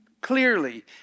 clearly